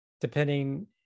depending